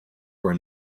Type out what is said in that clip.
where